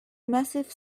massive